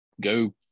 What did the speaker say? go